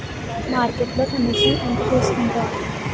మార్కెట్లో కమిషన్ ఎంత తీసుకొంటారు?